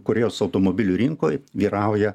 korėjos automobilių rinkoj vyrauja